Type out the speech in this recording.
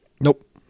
Nope